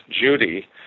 Judy